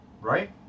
Right